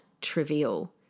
trivial